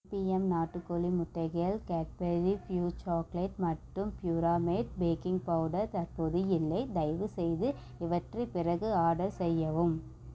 PM நாட்டு கோழி முட்டைகள் கேட்பெரி ஃப்யூஸ் சாக்லேட் மற்றும் பியூராமேட் பேக்கிங் பவுடர் தற்போது இல்லை தயவுசெய்து இவற்றை பிறகு ஆர்டர் செய்யவும்